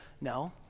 no